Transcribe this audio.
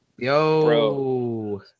Yo